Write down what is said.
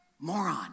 moron